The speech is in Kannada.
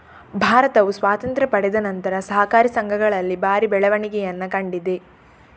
ಭಾರತವು ಸ್ವಾತಂತ್ರ್ಯ ಪಡೆದ ನಂತರ ಸಹಕಾರಿ ಸಂಘಗಳಲ್ಲಿ ಭಾರಿ ಬೆಳವಣಿಗೆಯನ್ನ ಕಂಡಿದೆ